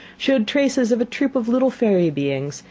showed traces of a troop of little fairy beings,